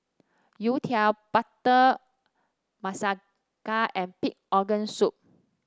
Youtiao butter and Pig Organ Soup